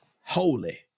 Holy